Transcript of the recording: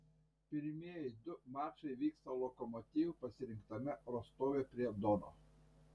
pirmieji du mačai vyksta lokomotiv pasirinktame rostove prie dono